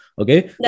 Okay